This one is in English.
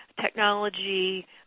technology